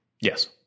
yes